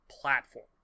platform